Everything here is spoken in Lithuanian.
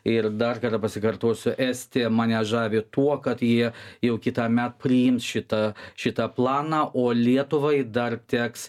ir dar kartą pasikartosiu estija mane žavi tuo kad jie jau kitąmet priims šitą šitą planą o lietuvai dar teks